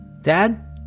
Dad